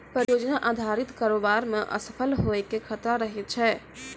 परियोजना अधारित कारोबार मे असफल होय के खतरा रहै छै